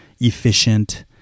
efficient